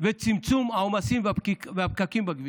ובצמצום העומסים והפקקים בכבישים,